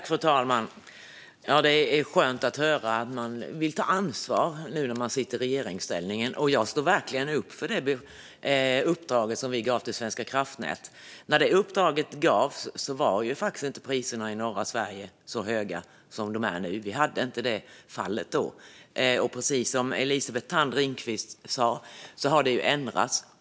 Fru talman! Det är skönt att höra att man vill ta ansvar nu när man sitter i regeringsställning. Jag står verkligen bakom det uppdrag som vi gav till Svenska kraftnät. När detta uppdrag gavs var priserna i norra Sverige faktiskt inte så höga som de är nu. Precis som Elisabeth Thand Ringqvist sa har det ändrats.